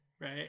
Right